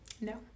No